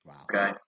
Okay